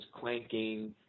clanking